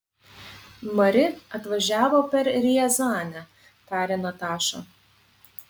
mari atvažiavo per riazanę tarė nataša